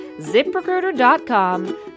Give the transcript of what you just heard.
ZipRecruiter.com